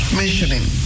mentioning